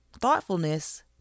thoughtfulness